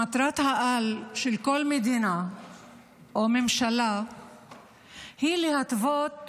שמטרת-העל של כל מדינה או ממשלה היא להתוות